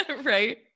Right